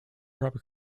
opera